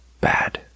bad